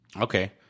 Okay